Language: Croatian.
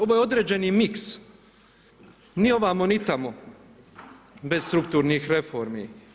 Ovo je određeni mix ni ovamo, ni tamo bez strukturnih reformi.